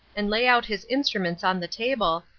and lay out his instruments on the table,